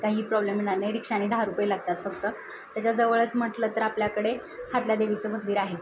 काही प्रॉब्लेम येणार नाही रिक्षाने दहा रूपये लागतात फक्त त्याच्याजवळच म्हटलं तर आपल्याकडे हातलाई देवीचं मंदिर आहे